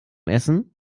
essen